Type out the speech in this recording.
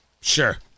Sure